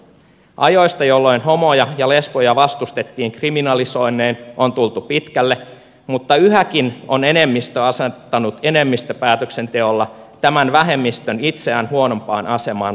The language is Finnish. ajoista jolloin homoja ja lesboja vastustettiin kriminalisoinnein on tultu pitkälle mutta yhäkin on enemmistö asettanut enemmistöpäätöksenteolla tämän vähemmistön itseään huonompaan asemaan lain edessä